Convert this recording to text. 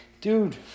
Dude